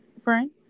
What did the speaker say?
Friend